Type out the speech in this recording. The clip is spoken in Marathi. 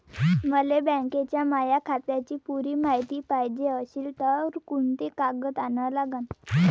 मले बँकेच्या माया खात्याची पुरी मायती पायजे अशील तर कुंते कागद अन लागन?